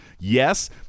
Yes